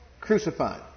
crucified